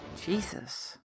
Jesus